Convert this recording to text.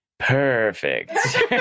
perfect